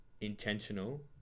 intentional